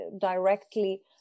directly